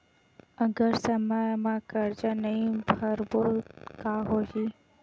अगर समय मा कर्जा नहीं भरबों का होई?